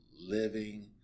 living